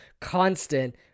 constant